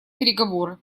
переговоры